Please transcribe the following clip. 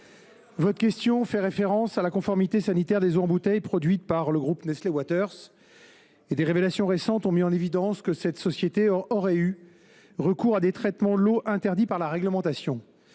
Votre question fait référence à la conformité sanitaire de l’eau en bouteille produite par le groupe Nestlé Waters. Des révélations récentes ont mis en évidence que cette société aurait eu recours à des traitements de l’eau interdits par la réglementation.